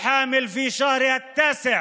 (הגיע הזמן שתודֵה בפשע שלה בטבח כפר קאסם,